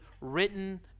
written